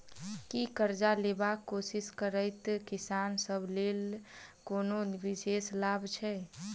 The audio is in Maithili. की करजा लेबाक कोशिश करैत किसान सब लेल कोनो विशेष लाभ छै?